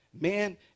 Man